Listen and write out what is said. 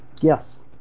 Yes